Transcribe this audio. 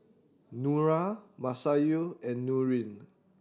Nura Masayu and Nurin